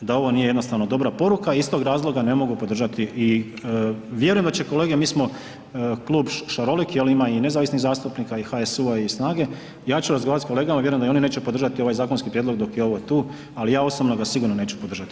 da ovo nije jednostavno dobra poruka i iz tog razloga ne mogu podržati i vjerujem da će kolege, mi smo klub šarolik, ali ima i nezavisnih zastupnika i HSU-a i SNAGA-e, ja ću razgovarati s kolegama i vjerujem da i oni neće podržati ovaj zakonski prijedlog dok je ovo tu, ali ja osobno sigurno ga neću podržati.